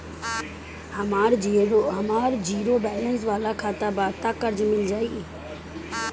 हमार zero balance वाला खाता बा त कर्जा मिल जायी?